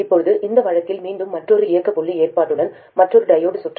இப்போது இந்த வழக்கில் மீண்டும் மற்றொரு இயக்க புள்ளி ஏற்பாட்டுடன் மற்றொரு டையோடு சுற்று